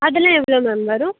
அதலாம் எவ்வளோ மேம் வரும்